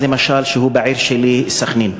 למשל, במרכז בעיר שלי, סח'נין,